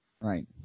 Right